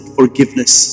forgiveness